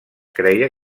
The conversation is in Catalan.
creia